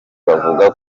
bavuga